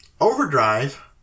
Overdrive